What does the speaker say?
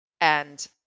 And-